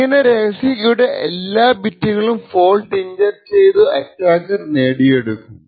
ഇങ്ങനെ രഹസ്യ കീയുടെ എല്ലാ ബിറ്റുകളും ഫോൾട്ട് ഇൻജെക്ട് ചെയ്തു അറ്റാക്കർ നേടിയെടുക്കും